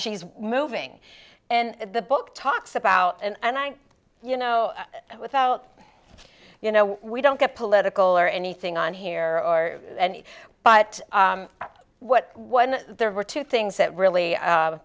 she's moving and the book talks about and you know without you know we don't get political or anything on here or any but what one there were two things that really